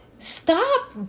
Stop